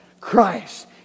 Christ